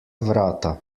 vrata